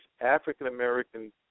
African-American